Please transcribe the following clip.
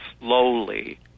slowly